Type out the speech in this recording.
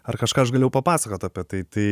ar kažką aš galėjau papasakot apie tai tai